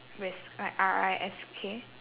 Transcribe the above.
risk like R I S K